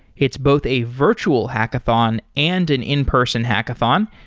it's both a virtual hackathon and an in-person hackathon,